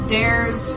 dares